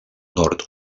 nord